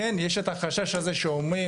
כן יש את החשש הזה שאומרים,